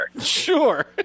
Sure